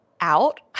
out